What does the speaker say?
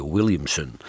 Williamson